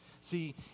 See